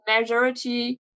majority